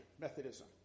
Methodism